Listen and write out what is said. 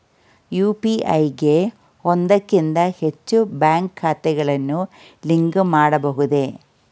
UPI ಗೆ ಒಂದಕ್ಕಿಂತ ಹೆಚ್ಚು ಬ್ಯಾಂಕ್ ಖಾತೆಗಳನ್ನು ಲಿಂಕ್ ಮಾಡಬಹುದೇ?